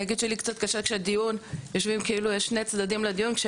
אני אגיד שלי קצת קשה כשבדיון יושבים כאילו יש שני צדדים בדיון.